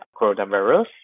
coronavirus